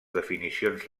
definicions